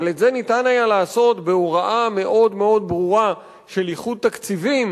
אבל את זה ניתן היה לעשות בהוראה מאוד ברורה של ייחוד תקציבים,